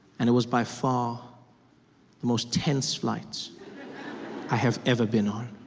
and it was by far the most intense flight i have ever been on.